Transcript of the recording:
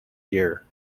year